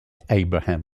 abraham